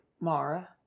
Mara